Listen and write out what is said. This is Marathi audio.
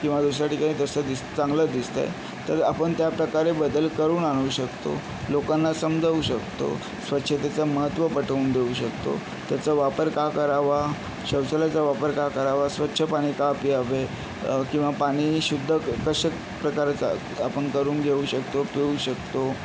किंवा दुसऱ्या ठिकाणी तसं दिस चांगलं दिसत आहे तर आपण त्या प्रकारे बदल करून आणू शकतो लोकांना समजावू शकतो स्वच्छतेचं महत्त्व पटवून देऊ शकतो त्याचा वापर का करावा शौचालयाचा वापर का करावा स्वच्छ पाणी का प्यावे किंवा पाणी शुद्ध क कशा प्रकारे चाल आपण करून घेऊ शकतो पिऊ शकतो